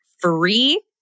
free